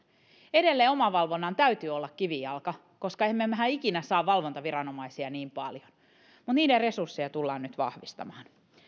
edelleen omavalvonnan täytyy olla kivijalka koska emmehän me ikinä saa valvontaviranomaisia niin paljon mutta niiden resursseja tullaan nyt vahvistamaan